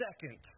second